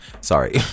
sorry